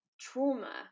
Trauma